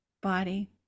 body